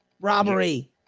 robbery